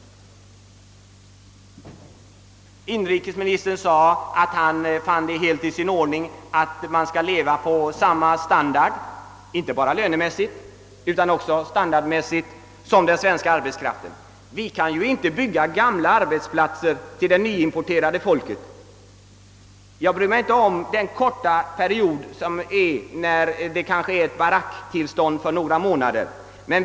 Inrikesministern fann det helt i sin ordning att den importerade arbetskraften inte bara lönemässigt utan även standardmässigt skulle leva på samma nivå som den svenska arbetskraften. Vi kan inte bygga gamla bostäder åt den importerade arbetskraften.